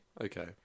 okay